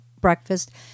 breakfast